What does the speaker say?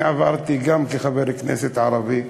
אני עברתי, גם כחבר כנסת ערבי,